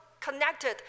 connected